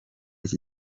iki